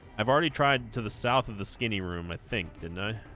i've already tried to the south of the skinny room i think didn't i